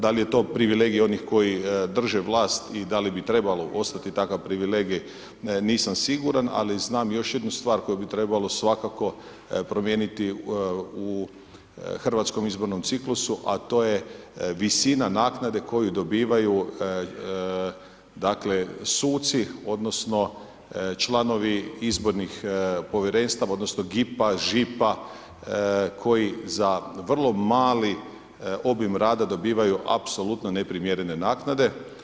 Da li je to privilegija onih koji drže vlast i da li bi trebalo ostati takva privilegija, nisam siguran, ali znam još jednu stvar koju bi svakako trebalo promijeniti, u hrvatskom izbornom ciklusu, a to je visina naknade koju dobivaju suci, odnosno, članovi izbornih povjerenstva, odnosno, GIP, ŽIP koji za vrlo mali obim rada dobivaju apsolutno neprimjerene naknade.